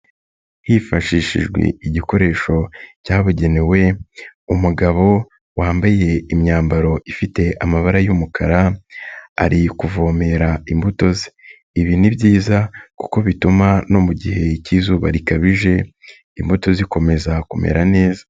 Hifashishijwe igikoresho cyabugenewe umugabo wambaye imyambaro ifite amabara y'umukara ari kuvomera imbuto ze, ibi ni byiza kuko bituma no mu gihe k'izuba rikabije imbuto zikomeza kumera neza.